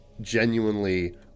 genuinely